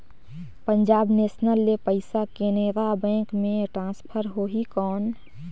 Punjab national ले पइसा Canara bank मे ट्रांसफर होहि कौन?